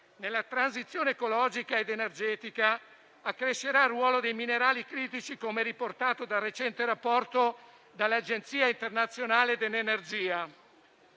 Nella transizione ecologica ed energetica crescerà il ruolo dei minerali critici, come riportato dal recente rapporto dell'Agenzia internazionale dell'energia.